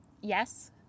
Yes